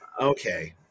Okay